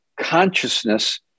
consciousness